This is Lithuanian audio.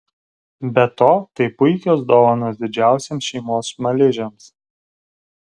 be to tai puikios dovanos didžiausiems šeimos smaližiams